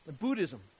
Buddhism